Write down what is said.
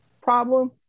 problem